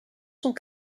sont